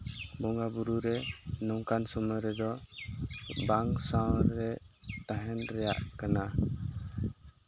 ᱵᱚᱸᱜᱟᱼᱵᱩᱨᱩ ᱨᱮ ᱱᱚᱝᱠᱟᱱ ᱥᱚᱢᱚᱭ ᱨᱮᱫᱚ ᱵᱟᱝ ᱥᱟᱶ ᱨᱮ ᱛᱟᱦᱮᱱ ᱨᱮᱭᱟᱜ ᱠᱟᱱᱟ